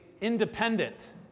independent